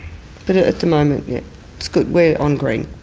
but at at the moment it's good, we're on green.